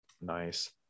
Nice